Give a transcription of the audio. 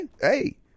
hey